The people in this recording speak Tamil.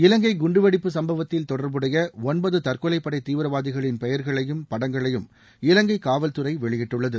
இலங்கை குண்டுவெடிப்பு சும்பவத்தில் தொடர்புடைய ஒன்பது தற்கொலைப்படை தீவிரவாதிகளின் பெயர்களையும் படங்களையும் இலங்கை காவல்துறை வெளியிட்டுள்ளது